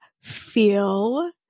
feel